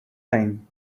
time